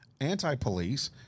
anti-police